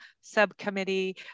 subcommittee